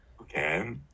Okay